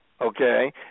okay